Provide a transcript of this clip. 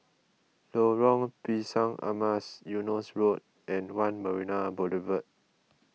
Lorong Pisang Emas Eunos Road and one Marina Boulevard